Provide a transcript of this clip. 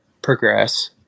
Progress